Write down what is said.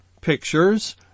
pictures